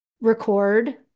record